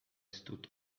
stood